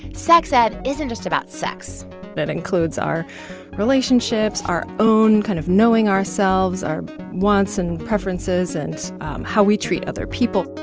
sex ed isn't just about sex that includes our relationships, our own kind of knowing ourselves, our wants and preferences and how we treat other people